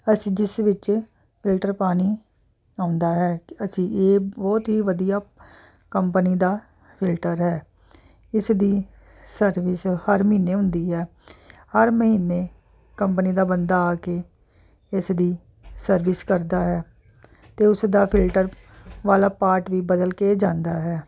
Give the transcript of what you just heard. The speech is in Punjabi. ਅਸੀਂ ਜਿਸ ਵਿੱਚ ਫਿਲਟਰ ਪਾਣੀ ਆਉਂਦਾ ਹੈ ਕਿ ਅਸੀਂ ਇਹ ਬਹੁਤ ਹੀ ਵਧੀਆ ਕੰਪਨੀ ਦਾ ਫਿਲਟਰ ਹੈ ਇਸ ਦੀ ਸਰਵਿਸ ਹਰ ਮਹੀਨੇ ਹੁੰਦੀ ਆ ਹਰ ਮਹੀਨੇ ਕੰਪਨੀ ਦਾ ਬੰਦਾ ਆ ਕੇ ਇਸਦੀ ਸਰਵਿਸ ਕਰਦਾ ਹੈ ਤੇ ਉਸ ਦਾ ਫਿਲਟਰ ਵਾਲਾ ਪਾਰਟ ਵੀ ਬਦਲ ਕੇ ਜਾਂਦਾ ਹੈ